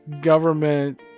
government